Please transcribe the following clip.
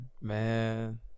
man